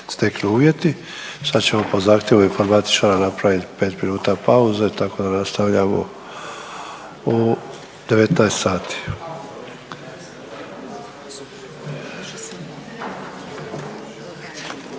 Sad ćemo po zahtjevu informatičara napravit 5 minuta pauze, tako da nastavljamo u 19